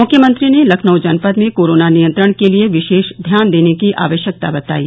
मुख्यमंत्री ने लखनऊ जनपद में कोरोना नियंत्रण के लिए विशेष ध्यान देने की आवश्यकता बतायी